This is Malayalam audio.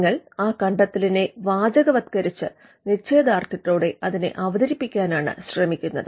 നിങ്ങൾ ആ കണ്ടത്തെലിനെ വാചകവത്കരിച്ച് നിശ്ചയദാർഢ്യത്തോടെ അതിനെ അവതരിപ്പിക്കാനാണ് ശ്രമിക്കുന്നത്